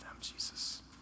Jesus